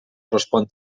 respon